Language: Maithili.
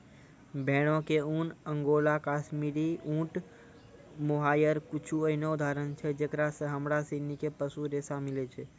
भेड़ो के ऊन, अंगोला, काश्मीरी, ऊंट, मोहायर कुछु एहनो उदाहरण छै जेकरा से हमरा सिनी के पशु रेशा मिलै छै